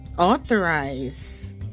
authorize